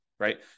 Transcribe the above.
Right